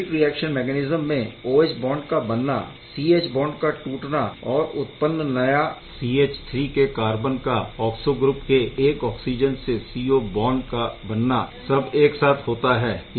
concrete reaction mechanism में OH bond का बनना C H बॉन्ड का टूटना और उत्पन्न नया CH3 के कार्बन का ऑक्सो ग्रुप के एक ऑक्सिजन से CO बॉन्ड का बनना सब एक साथ होता है